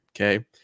Okay